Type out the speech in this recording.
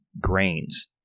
grains